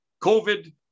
COVID